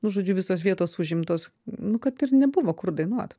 nu žodžiu visos vietos užimtos nu kad ir nebuvo kur dainuot